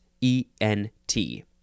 E-N-T